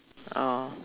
oh